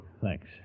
Thanks